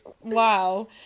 wow